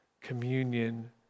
communion